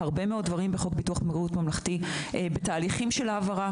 הרבה מאוד דברים בחוק ביטוח הבריאות הממלכתי נמצאים בתהליכי העברה.